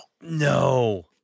No